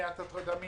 מניעת הטרדה מינית,